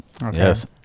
Yes